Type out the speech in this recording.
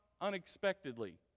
unexpectedly